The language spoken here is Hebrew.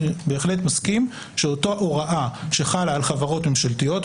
אני בהחלט מסכים שאותה הוראה שחלה על חברות ממשלתיות,